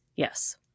Yes